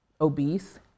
obese